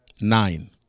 Nine